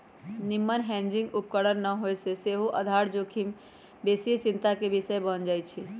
निम्मन हेजिंग उपकरण न होय से सेहो आधार जोखिम बेशीये चिंता के विषय बन जाइ छइ